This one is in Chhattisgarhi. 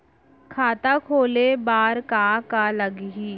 खाता खोले बार का का लागही?